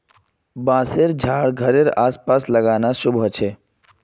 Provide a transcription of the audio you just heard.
बांसशेर झाड़ घरेड आस पास लगाना शुभ ह छे